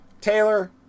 Taylor